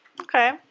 Okay